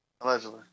Allegedly